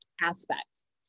aspects